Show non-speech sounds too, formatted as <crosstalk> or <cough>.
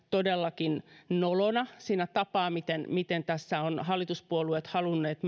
<unintelligible> todellakin nolona sitä tapaa miten miten tässä ovat hallituspuolueet halunneet <unintelligible>